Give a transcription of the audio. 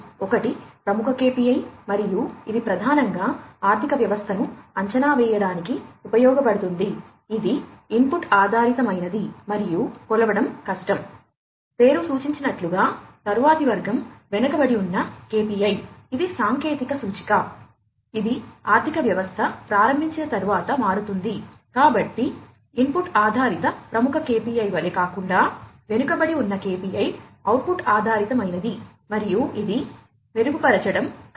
ఒకటి ప్రముఖ KPI మరియు ఇది ప్రధానంగా ఆర్థిక వ్యవస్థను అంచనా వేయడానికి ఉపయోగించబడుతుంది ఇది ఇన్పుట్ ఆధారితమైనది మరియు ఇది మెరుగుపరచడం కష్టం